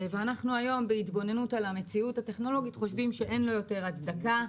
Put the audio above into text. בהתבוננות על המציאות הטכנולוגית אין לו יותר הצדקה,